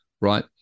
right